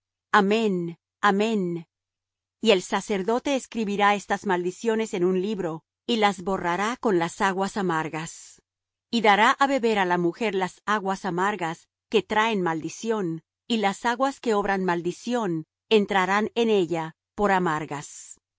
amén amén y el sacerdote escribirá estas maldiciones en un libro y las borrará con las aguas amargas y dará á beber á la mujer las aguas amargas que traen maldición y las aguas que obran maldición entrarán en ella por amargas